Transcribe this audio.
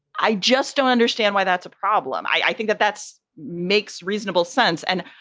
i just don't understand why that's a problem. i think that that's makes reasonable sense. and